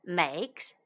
makes